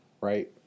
Right